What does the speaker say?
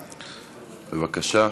בבקשה.